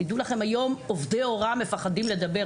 תדעו לכם, היום עובדי הוראה מפחדים לדבר.